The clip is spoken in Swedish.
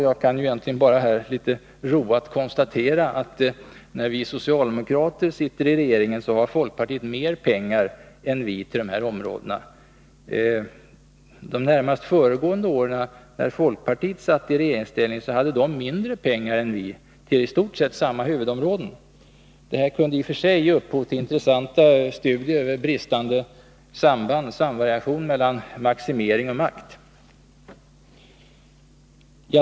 Jag kan litet roat konstatera att när vi socialdemokrater sitter i regeringsställning har folkpartiet mer pengar än vi till dessa områden. De närmast föregående åren, när folkpartiet satt i regeringsställning, hade de mindre pengar än vi till i stort sett samma huvudområden. Det här kunde i och för sig ge upphov till intressanta studier om bristande samvariation mellan maximering och makt.